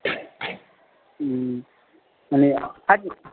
अनि आज